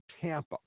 Tampa